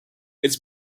its